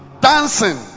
Dancing